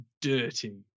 dirty